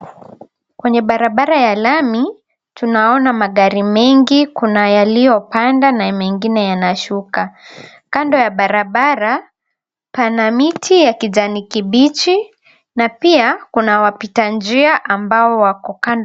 Kwenye barabara ya lami tunaona magari mengi kuna yaliyo panda na mengine yanashuka. Kando ya barabara pana miti ya kijani kibichi na pia kuna wapita njia ambao wako kando.